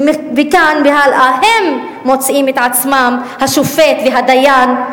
ומכאן והלאה הם מוצאים את עצמם השופט והדיין,